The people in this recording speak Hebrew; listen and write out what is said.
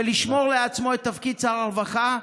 ולשמור לעצמו את תפקיד שר הרווחה.